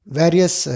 various